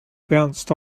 bounced